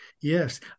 yes